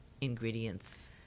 ingredients